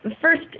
First